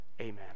Amen